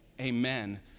amen